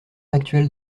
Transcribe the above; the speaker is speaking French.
actuel